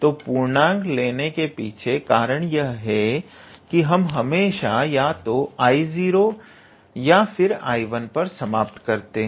तो पूर्णांक लेने के पीछे कारण यह है कि हम हमेशा या तो 𝐼0 या फिर 𝐼1 पर समाप्त करते हैं